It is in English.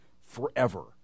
forever